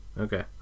Okay